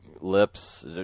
lips